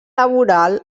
laboral